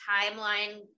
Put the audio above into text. timeline